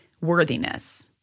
worthiness